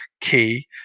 key